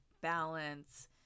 balance